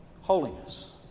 Holiness